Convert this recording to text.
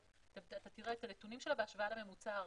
אתה תראה את הנתונים בהשוואה לממוצע הארצי.